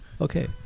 Okay